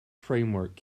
framework